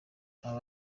aba